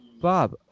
Bob